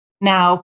Now